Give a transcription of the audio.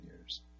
years